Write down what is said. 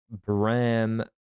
Bram